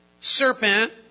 serpent